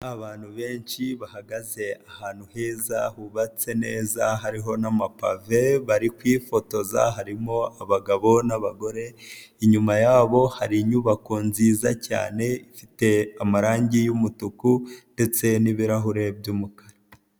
Abantu benshi bahagaze ahantu heza hubatse neza hariho n'amapave, bari kwifotoza harimo abagabo n'abagore ,inyuma yabo hari inyubako nziza cyane ifite amarangi y'umutuku ,ndetse n'ibirahure by'umukara.